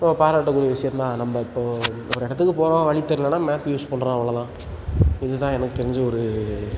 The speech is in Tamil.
இப்போது பாராட்டக்கூடிய விஷயம் தான் நம்ம இப்போது ஒரு இடத்துக்கு போகிறோம் வழி தெரிலன்னா மேப் யூஸ் பண்ணுறோம் அவ்வளோ தான் இது தான் எனக்கு தெரிஞ்ச ஒரு